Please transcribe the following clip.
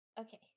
Okay